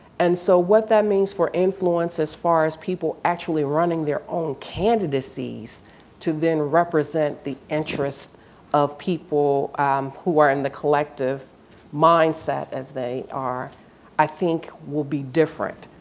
and so what that means for influence as far as people actually running their own candidacies to then represent the interests of people who are in the collective mindset as they are i think will be different.